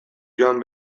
joan